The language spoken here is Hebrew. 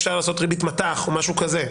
היה אפשר לעשות ריבית מט"ח או משהו כזה,